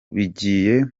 bigiye